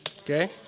Okay